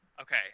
okay